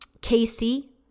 Casey